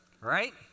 right